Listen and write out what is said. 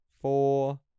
four